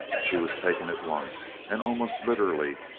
she was taken at once, and almost literally,